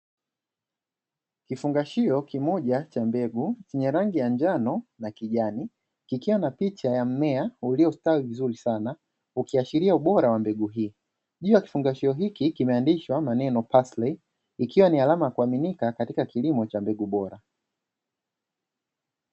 Kifungashio kimoja cha mbegu chenye rangi ya njano na kijani, kikiwa na picha ya mmea uliostawi vizuri sana, ukiashiria ubora wa mbegu hii. Juu ya kifungashio hiki kumeandikwa maneno "pasile" ikiwa ni alama ya kuaminika katika kilimo cha mbegu bora.